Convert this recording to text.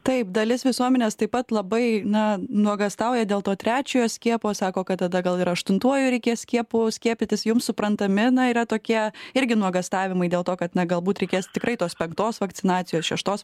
taip dalis visuomenės taip pat labai na nuogąstauja dėl to trečiojo skiepo sako kad tada gal ir aštuntuoju reikės skiepu skiepytis jums suprantami na yra tokie irgi nuogąstavimai dėl to kad na galbūt reikės tikrai tos penktos vakcinacijos šeštos